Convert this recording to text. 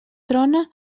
trona